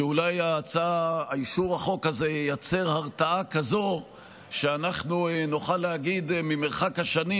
שאולי אישור החוק הזה ייצר הרתעה כזאת שאנחנו נוכל להגיד ממרחק השנים